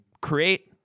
create